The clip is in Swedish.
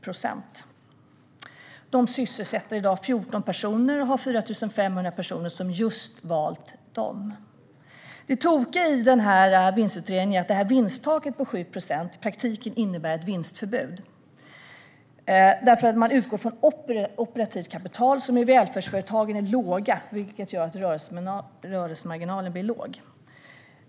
Vårdcentralen sysselsätter i dag 14 personer och har 4 500 personer som har valt just den. Det tokiga i Välfärdsutredningen är att vinsttaket på 7 procent i praktiken innebär ett vinstförbud. Man utgår nämligen från operativt kapital, som i välfärdsföretagen är lågt. Det gör att rörelsemarginalen blir liten.